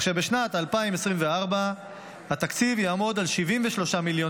בשנת 2024 התקציב יעמוד על 73 מיליון